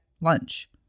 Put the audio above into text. lunch